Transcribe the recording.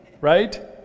Right